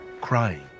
crying